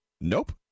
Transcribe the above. Nope